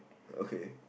okay